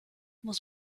muss